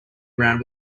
around